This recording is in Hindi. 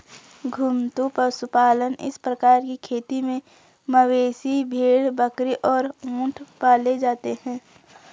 घुमंतू पशुपालन इस प्रकार की खेती में मवेशी, भेड़, बकरी और ऊंट पाले जाते है